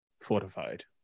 fortified